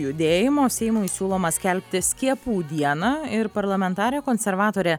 judėjimo seimui siūloma skelbti skiepų dieną ir parlamentarė konservatorė